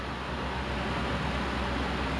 ya we will be fourty